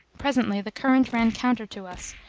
presently the current ran counter to us,